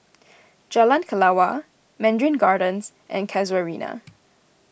Jalan Kelawar Mandarin Gardens and Casuarina